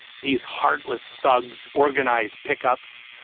these heartless thugs organize pick-ups,